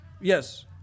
Yes